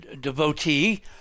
devotee